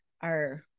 are-